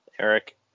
Eric